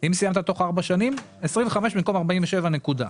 אם סיימת תוך ארבע שנים, 25 במקום 47, נקודה.